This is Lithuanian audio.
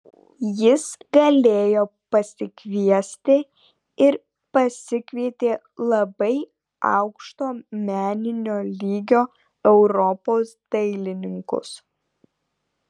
jis galėjo pasikviesti ir pasikvietė labai aukšto meninio lygio europos dailininkus